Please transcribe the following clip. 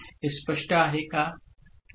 हे स्पष्ट आहे का